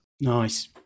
Nice